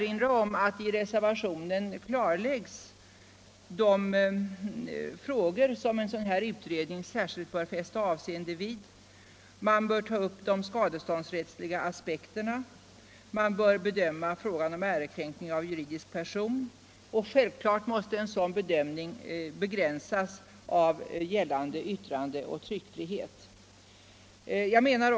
I reservationen klarläggs de frågor som en utredning särskilt bör fästa avseende vid. Den bör ta upp de skadeståndsrättsliga aspekterna, och den bör bedöma frågan om ärekränkning av juridisk person. Självfallet måste en sådan bedömning begränsas av gällande yttrandeoch tryckfrihetslagstiftning.